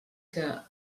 que